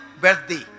birthday